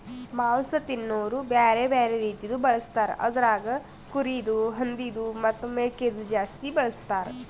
ಮಾಂಸ ತಿನೋರು ಬ್ಯಾರೆ ಬ್ಯಾರೆ ರೀತಿದು ಬಳಸ್ತಾರ್ ಅದುರಾಗ್ ಕುರಿದು, ಹಂದಿದು ಮತ್ತ್ ಮೇಕೆದು ಜಾಸ್ತಿ ಬಳಸ್ತಾರ್